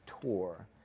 tour